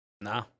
No